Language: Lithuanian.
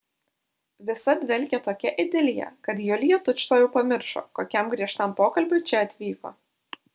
visa dvelkė tokia idilija kad julija tučtuojau pamiršo kokiam griežtam pokalbiui čia atvyko